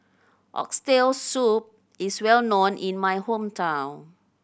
Oxtail Soup is well known in my hometown